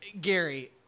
Gary